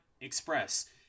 express